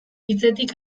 hitzetik